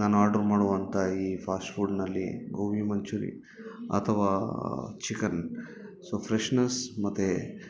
ನಾನು ಆರ್ಡರ್ ಮಾಡುವಂಥ ಈ ಫಾಸ್ಟ್ ಫುಡ್ನಲ್ಲಿ ಗೋಬಿ ಮಂಚೂರಿ ಅಥವಾ ಚಿಕನ್ ಸೊ ಫ್ರೆಶ್ನೆಸ್ ಮತ್ತೆ